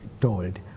told